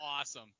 awesome